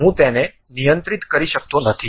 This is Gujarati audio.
હું તેને નિયંત્રિત કરી શકતો નથી